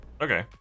okay